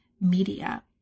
media